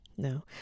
No